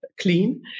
clean